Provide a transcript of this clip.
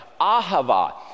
Ahava